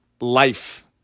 life